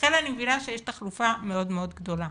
ולכן אני מבינה שיש תחלופה מאוד מאוד גדולה.